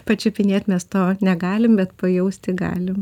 pačiupinėt mes to negalim bet pajausti galim